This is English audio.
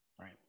right